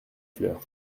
fleurs